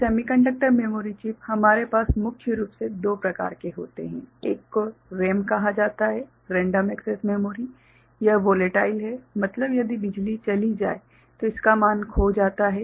तो semiconductor memory chips हमारे पास मुख्य रूप से दो प्रकार के होते हैं एक को रैम कहा जाता है random access memory RAM Random Access Memory यह वोलेटाइल है मतलब यदि बिजली चली जाए तो - इसका मान खो जाता है